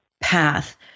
path